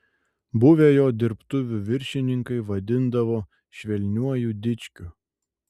buvę jo dirbtuvių viršininkai vadindavo švelniuoju dičkiu